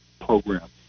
program